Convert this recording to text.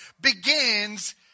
begins